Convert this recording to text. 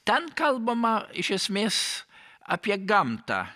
ten kalbama iš esmės apie gamtą